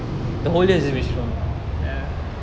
ya